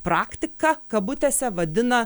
praktika kabutėse vadina